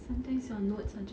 sometimes your notes are just